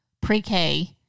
pre-K